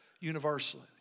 universally